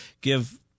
give